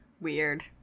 Weird